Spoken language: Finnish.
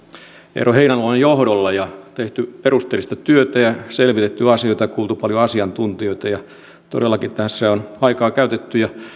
eero heinäluoman johdolla on tehty perusteellista työtä ja selvitetty asioita ja kuultu paljon asiantuntijoita todellakin tässä on aikaa käytetty ja